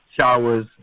showers